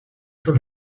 sur